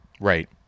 right